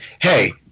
hey